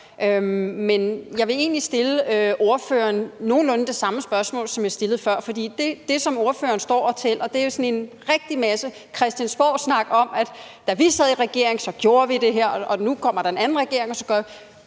Men jeg vil egentlig stille ordføreren nogenlunde det samme spørgsmål, som jeg stillede før. For det, som ordføreren står og fortæller, er sådan en rigtig masse Christiansborgsnak om, at da vi sad i regering, så gjorde vi det her, og nu kommer der en anden regering. Vi er enige